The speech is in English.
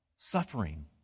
suffering